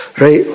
Right